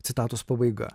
citatos pabaiga